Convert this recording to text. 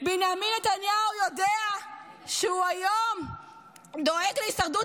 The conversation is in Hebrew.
בנימין נתניהו יודע שהוא היום דואג להישרדות